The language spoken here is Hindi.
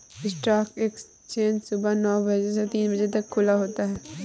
स्टॉक एक्सचेंज सुबह नो बजे से तीन बजे तक खुला होता है